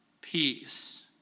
Peace